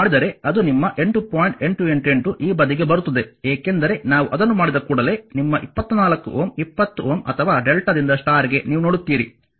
888 ಈ ಬದಿಗೆ ಬರುತ್ತದೆ ಏಕೆಂದರೆ ನಾವು ಅದನ್ನು ಮಾಡಿದ ಕೂಡಲೇ ನಿಮ್ಮ 24 20Ω ಅಥವಾ Δ ದಿಂದ ಸ್ಟಾರ್ ಗೆ ನೀವು ನೋಡುತ್ತೀರಿ